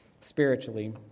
spiritually